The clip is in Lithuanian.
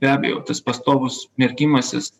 be abejo tas pastovus merkimasis